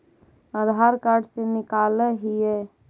आधार card से निकाल हिऐ?